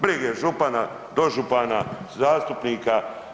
Brige župana, dožupana, zastupnika.